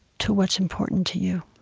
to what's important to you